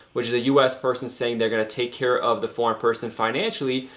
which is a u s. person saying they're going to take care of the foreign person financially,